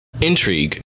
intrigue